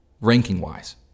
ranking-wise